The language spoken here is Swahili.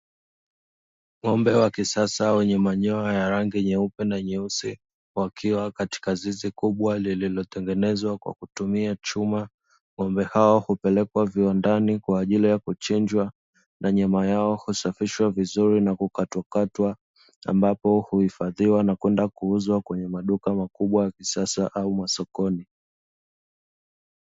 Ng'ombe wa kisasa wenye manyoya ya rangi nyeupe na nyeusi, wakiwa katika zizi kubwa lililotengenezwa kwa kutumia chuma, ng'ombe hawa hupelekwa viwandani kwa ajili ya kuchinjwa, na nyama yao kusafishwa vizuri na kukatwakatwa ambapo huhifadhiwa na kwenda kuuzwa kwenye maduka makubwa ya kisasa au masokoni.